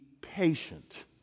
patient